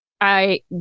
I